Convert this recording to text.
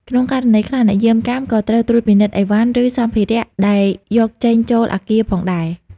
ក្នុងករណីខ្លះ អ្នកយាមកាមក៏ត្រូវត្រួតពិនិត្យអីវ៉ាន់ ឬសម្ភារៈដែលយកចេញចូលអគារផងដែរ។